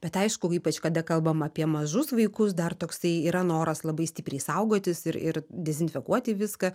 bet aišku ypač kada kalbam apie mažus vaikus dar toksai yra noras labai stipriai saugotis ir ir dezinfekuoti viską